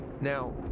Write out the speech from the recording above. Now